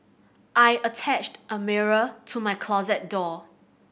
I attached a mirror to my closet door